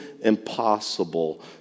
impossible